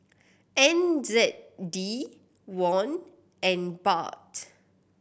N Z D Won and Baht